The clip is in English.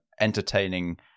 entertaining